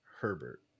Herbert